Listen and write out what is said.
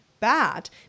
bad